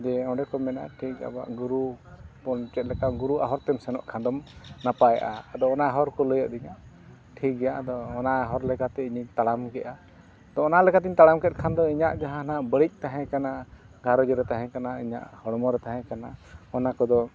ᱫᱤᱭᱮ ᱚᱸᱰᱮ ᱠᱷᱚᱱ ᱢᱮᱱᱟᱜᱼᱟ ᱴᱷᱤᱠ ᱟᱵᱚᱣᱟᱜ ᱜᱩᱨᱩ ᱵᱚᱱ ᱪᱮᱫ ᱞᱮᱠᱟ ᱜᱩᱨᱩ ᱦᱚᱨ ᱛᱮᱢ ᱥᱮᱱᱚᱜ ᱠᱷᱟᱱ ᱫᱚᱢ ᱱᱟᱯᱟᱭᱚᱜᱼᱟ ᱟᱫᱚ ᱚᱱᱟ ᱦᱚᱨ ᱠᱚ ᱞᱟᱹᱭ ᱟᱹᱫᱤᱧᱟ ᱴᱷᱤᱠ ᱜᱮᱭᱟ ᱟᱫᱚ ᱚᱱᱟ ᱦᱚᱨ ᱞᱮᱠᱟᱛᱮ ᱤᱧᱤᱧ ᱛᱟᱲᱟᱢ ᱠᱮᱜᱼᱟ ᱛᱳ ᱚᱱᱟ ᱞᱮᱠᱟᱛᱤᱧ ᱛᱟᱲᱟᱢ ᱠᱮᱜ ᱠᱷᱟᱱ ᱫᱚ ᱤᱧᱟᱹᱜ ᱡᱟᱦᱟᱸ ᱱᱟᱦᱟᱜ ᱵᱟᱹᱲᱤᱡ ᱛᱟᱦᱮᱸ ᱠᱟᱱᱟ ᱜᱷᱟᱨᱚᱸᱡᱽ ᱨᱮ ᱛᱟᱦᱮᱸ ᱠᱟᱱᱟ ᱤᱧᱟᱹᱜ ᱦᱚᱲᱢᱚ ᱨᱮ ᱛᱟᱦᱮᱸ ᱠᱟᱱᱟ ᱚᱱᱟ ᱠᱚᱫᱚ